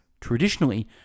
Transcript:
Traditionally